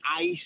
ICE